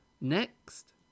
next